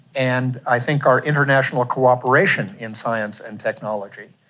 and i think our international cooperation in science and technology,